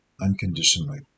unconditionally